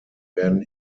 werden